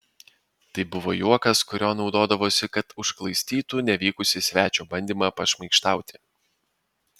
tai buvo juokas kuriuo naudodavosi kad užglaistytų nevykusį svečio bandymą pašmaikštauti